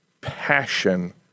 passion